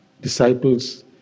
disciples